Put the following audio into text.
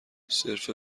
صرف